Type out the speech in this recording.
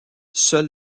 seul